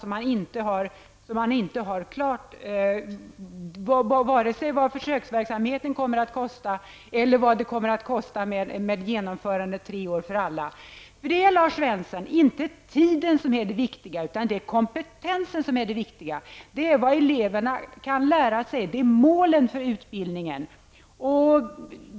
Man har inte klarat ut vare sig vad försöksverksamheten kommer att kosta eller vad det kommer att kosta med ett genomförande av tre år för alla. Det är inte tiden som är det viktiga, Lars Svensson, utan det är kompetensen som är det viktiga, vad eleverna kan lära sig, målen för utbildningen.